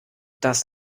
das